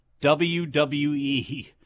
WWE-